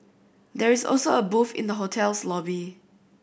there is also a booth in the hotel's lobby